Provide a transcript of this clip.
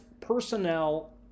personnel